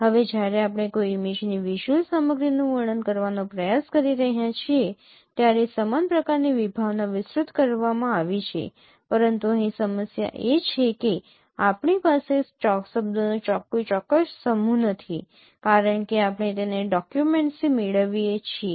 હવે જ્યારે આપણે કોઈ ઇમેજની વિઝ્યુઅલ સામગ્રીનું વર્ણન કરવાનો પ્રયાસ કરી રહ્યા છીએ ત્યારે સમાન પ્રકારની વિભાવના વિસ્તૃત કરવામાં આવી છે પરંતુ અહીં સમસ્યા એ છે કે આપણી પાસે શબ્દોનો કોઈ ચોક્કસ સમૂહ નથી કારણ કે આપણે તેને ડોકયુમેન્ટ્સથી મેળવી શકીએ છીએ